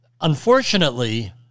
unfortunately